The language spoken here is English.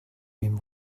been